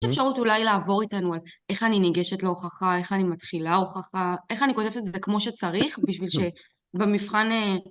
אפשרות אולי לעבור איתנו על איך אני ניגשת להוכחה, איך אני מתחילה הוכחה, איך אני כותבת את זה כמו שצריך בשביל שבמבחן...